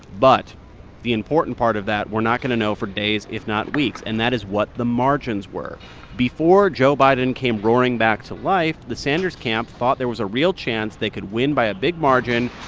but the important part of that we're not going to know for days, if not weeks, and that is what the margins were before joe biden came roaring back to life, the sanders camp thought there was a real chance they could win by a big margin,